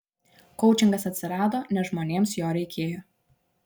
koučingas atsirado nes žmonėms jo reikėjo